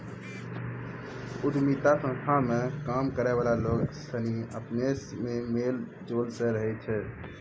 उद्यमिता संस्था मे काम करै वाला लोग सनी अपना मे मेल जोल से रहै छै